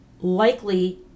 likely